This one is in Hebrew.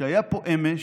שהיה פה אמש,